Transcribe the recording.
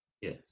yes